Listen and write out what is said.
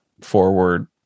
forward